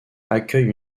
accueille